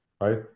right